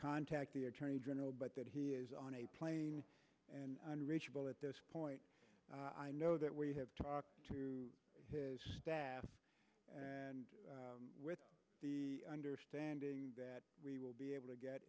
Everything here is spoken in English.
contact the attorney general but that he is on a plane and unreachable at this point i know that we have talked to his staff and with the understanding that we will be able to get